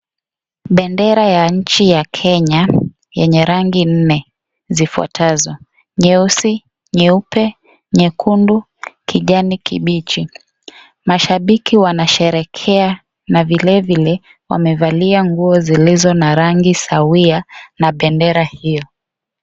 Bendera ya nchi ya Kenya yenye rangi nne zifuatazo, nyeusi, nyeupe, nyekundu, kijani kibichi. Mashabiki wanasherehekea na vilevile wamevalia nguo zilizo na rangi sawia na bendera hiyo.